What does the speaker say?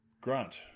Grant